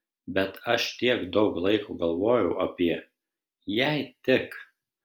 bet aš tiek daug laiko galvojau apie jei tik